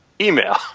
email